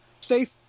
safe